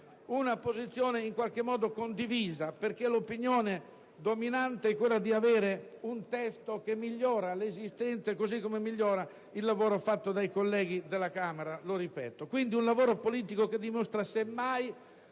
una posizione in qualche modo condivisa, perché l'opinione dominante è quella di avere un testo che migliora quello esistente e che perfeziona il lavoro fatto dai colleghi della Camera. Un lavoro politico, dunque, che dimostra semmai